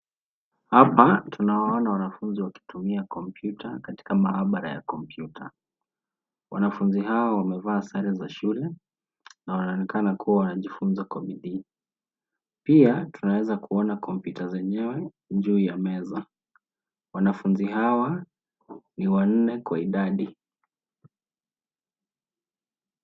Hapa tunawaona wanafunzi wakitumia kompyuta katika maabara ya kompyuta. Wanafunzi hawa wamevaa sare za shule na wanaonekana kuwa wanajifunza kwa bidii. Pia tunaeza kuona kompyuta zenyewe juu ya meza. Wanafunzi hawa ni wanne kwa idadi.